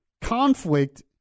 conflict